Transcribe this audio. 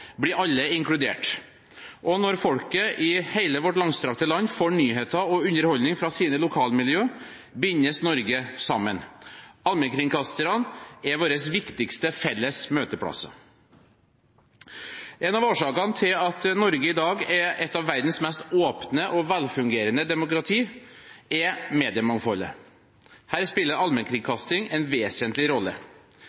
blir alle inkludert. Og når folk i hele vårt langstrakte land får nyheter og underholdning fra sine lokalmiljøer, bindes Norge sammen. Allmennkringkasterne er våre viktigste felles møteplasser. En av årsakene til at Norge i dag er et av verdens mest åpne og velfungerende demokratier, er mediemangfoldet. Her spiller